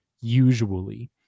usually